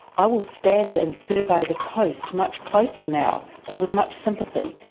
i will stand and survey the coast much closer now and with much sympathy,